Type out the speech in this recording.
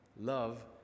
Love